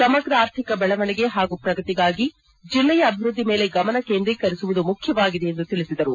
ಸಮಗ್ರ ಆರ್ಥಿಕ ಬೆಳವಣಿಗೆ ಪಾಗೂ ಪ್ರಗತಿಗಾಗಿ ಜಿಲ್ಲೆಯ ಅಭಿವೃದ್ಧಿ ಮೇಲೆ ಗಮನ ಕೇಂದ್ರೀಕರಿಸುವುದು ಮುಖ್ಯವಾಗಿದೆ ಎಂದು ತಿಳಿಸಿದರು